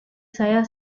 saya